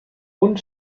und